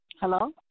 Hello